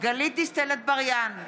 גלית דיסטל אטבריאן,